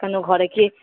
কেনো ঘরে কি